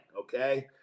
Okay